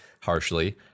harshly